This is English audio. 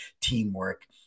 teamwork